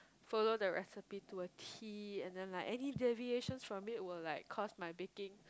follow the recipe to a tee and then like any deviations to it will like cause my baking